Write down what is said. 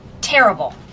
terrible